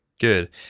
good